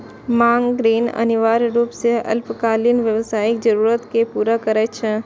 मांग ऋण अनिवार्य रूप सं अल्पकालिक व्यावसायिक जरूरत कें पूरा करै छै